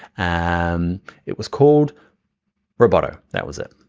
um it was called rebotto, that was it.